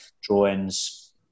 drawings